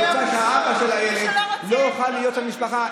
רוצה שהאבא של הילד לא יוכל להיות במשפחה.